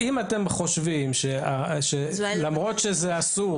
אם אתם חושבים שלמרות שזה אסור,